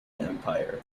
empire